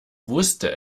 wusste